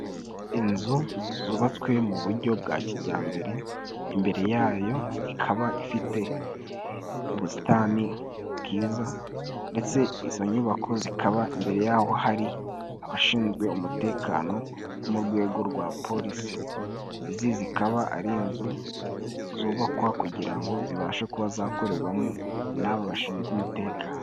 Inzu zubatswe mu buryo bwa kijyambere， imbere yayo ikaba ifite ubusitani bwiza ndetse izo nyubako zikaba mbere yaaho hari abashinzwe umutekano wo mu rwego rwa polisi，izi zikaba ari inzu zubakwa kugira ngo zibashe kuba zakorerwamo n'aba bashinzwe umutekano.